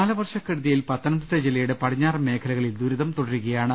കാലവർഷ കെടുതിയിൽ പത്തനംതിട്ട ജില്ലയുടെ പടിഞ്ഞാറൻ മേഖ ലകളിൽ ദുരിതം തുടരുകയാണ്